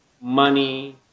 money